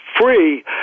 free